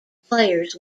players